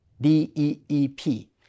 D-E-E-P